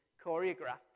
choreographed